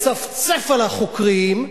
מצפצף על החוקרים,